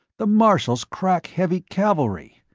the marshal's crack heavy cavalry.